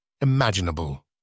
imaginable